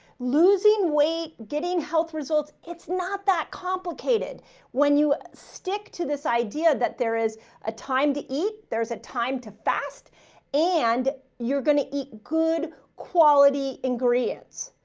losing weight, getting health results. it's not that complicated when you stick to this idea that there is a time to eat. there's a time to fast and you're going to eat good quality ingredients.